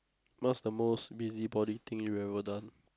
what's the most busybody thing you've ever done